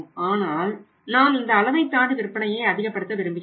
ஆனால் நாம் இந்த அளவைத் தாண்டி விற்பனையை அதிகப்படுத்த விரும்புகின்றோம்